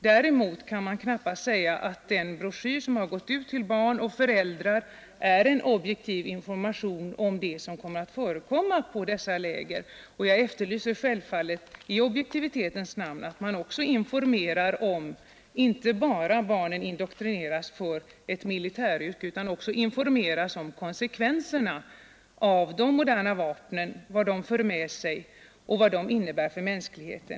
Däremot kan man knappast säga att den broschyr som har gått ut till barn och föräldrar är en objektiv information om vad som kommer att ske på dessa läger: Jag efterlyser självfallet i objektivitetens namn att barnen inte bara indoktrineras för ett militäryrke utan också informeras om konsekvenserna av de moderna vapnen, vad de för med sig och vad de innebär för mänskligheten,